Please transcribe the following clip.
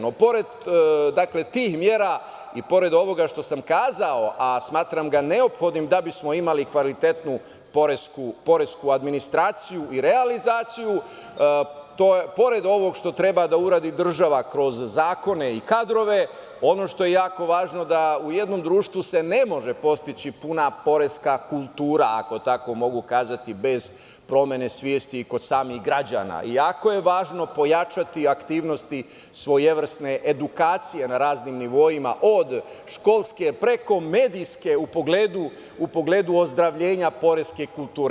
No, pored tih mera i pored ovoga što sam kazao, a smatram ga neophodnim da bismo imali kvalitetnu poresku administraciju i realizaciju, pored ovog što treba da uradi država kroz zakone i kadrove, ono što je jako važno je da u jednom društvu se ne može postići puna poreska kultura, ako tako mogu kazati, bez promene svesti kod samih građana i jako je važno pojačati aktivnosti svojevrsne edukacije na raznim nivoima, od školske preko medijske u pogledu ozdravljenja poreske kulture.